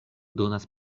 donas